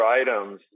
items